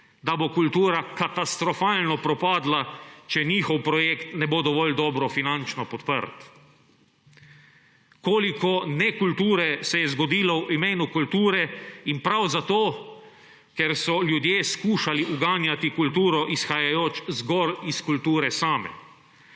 da bo kultura katastrofalno propadla, če njihov projekt ne bo dovolj dobro finančno podprt. Koliko nekulture se je zgodilo v imenu kulture in prav zato, ker so ljudje skušali uganjati kulturo, izhajajoč zgolj iz kulture same.